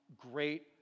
great